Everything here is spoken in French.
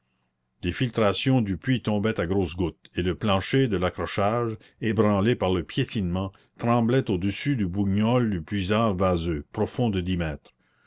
les filtrations du puits tombaient à grosses gouttes et le plancher de l'accrochage ébranlé par le piétinement tremblait au-dessus du bougnou du puisard vaseux profond de dix mètres